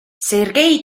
sergei